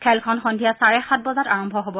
খেলখন সন্ধিয়া চাৰে সাত বজাত আৰম্ভ হ'ব